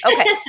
Okay